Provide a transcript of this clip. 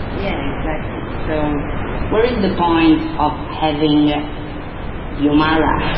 yeah, exactly, so what is the point of having the omara